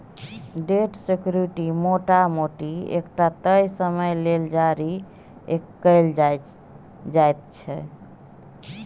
date security मोटा मोटी एकटा तय समय लेल जारी कएल जाइत छै